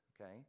okay